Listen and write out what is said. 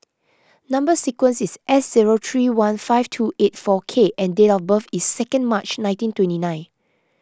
Number Sequence is S zero three one five two eight four K and date of birth is second March nineteen twenty nine